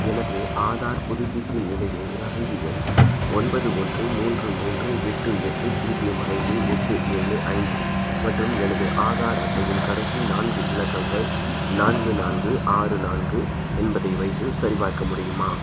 எனது ஆதார் புதுப்பிப்பின் நிலையை ரசிது எண் ஒன்பது ஒன்று மூன்று மூன்று எட்டு எட்டு பூஜ்யம் ஐந்து எட்டு ஏழு ஐந்து மற்றும் எனது ஆதார் அட்டையின் கடைசி நான்கு இலக்கங்கள் நான்கு நான்கு ஆறு நான்கு என்பதை வைத்து சரிபார்க்க முடியுமா